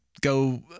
go